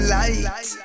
light